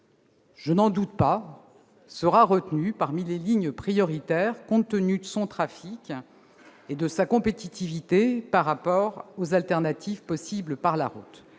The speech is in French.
Libourne-Bergerac, sera retenue parmi les lignes prioritaires, compte tenu de son trafic et de sa compétitivité par rapport aux alternatives routières. Il nous